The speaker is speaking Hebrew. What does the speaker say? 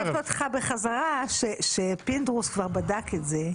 אני משתפת אותך בחזרה שחבר הכנסת פינדרוס כבר בדק את זה,